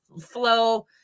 flow